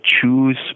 choose